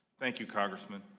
thank you, congressman.